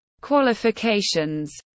qualifications